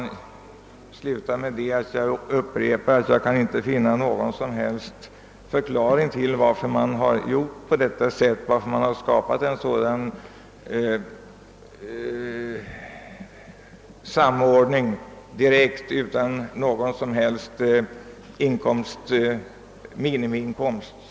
Jag vill sluta med att upprepa att jag inte har kunnat finna någon förklaring till varför man gjort denna direkta samordning utan någon som helst minimiinkomstgräns.